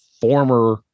former